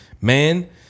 Man